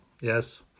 yes